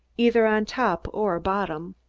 either on top or bottom.